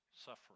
suffering